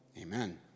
Amen